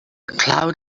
cloud